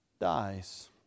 dies